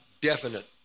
definite